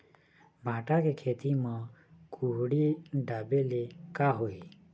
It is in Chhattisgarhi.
भांटा के खेती म कुहड़ी ढाबे ले का होही?